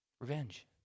Revenge